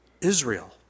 Israel